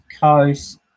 coast